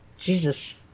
Jesus